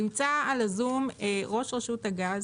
נמצא על הזום ראש רשות הגז